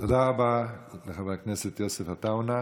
תודה רבה לחבר הכנסת יוסף עטאונה.